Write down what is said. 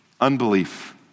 unbelief